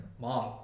mom